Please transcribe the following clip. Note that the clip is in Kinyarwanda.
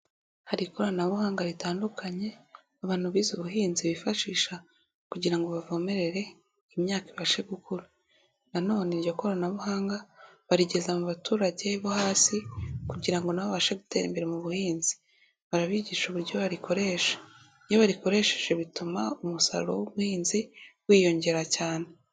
Hari ikoranabuhanga ritandukanye abantu bize ubuhinzi bifashisha kugira bavomererere imyaka ibashe gukura nanone iryo koranabuhanga barigeza mu baturage bo hasi kugira ngo nabo babashe gutera imbere mu buhinzi barabigisha uburyo barikoresha iyo barikoresheje bituma umusaruro w'ubuhinzi wiyongera cyane.